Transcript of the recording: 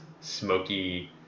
smoky